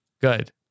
Good